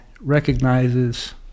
recognizes